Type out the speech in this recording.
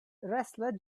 wrestler